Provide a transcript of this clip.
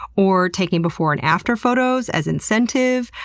or taking before and after photos as incentive.